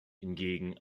hingegen